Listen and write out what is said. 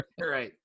Right